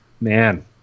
man